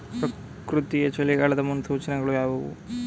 ಪ್ರಕೃತಿಯ ಚಳಿಗಾಲದ ಮುನ್ಸೂಚನೆಗಳು ಯಾವುವು?